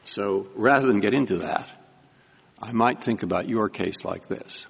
so rather than get into that i might think about your case like this